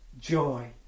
joy